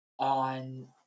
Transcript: on